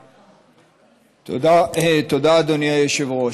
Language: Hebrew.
תודה, אדוני היושב-ראש.